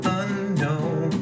unknown